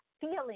feeling